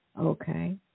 Okay